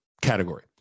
category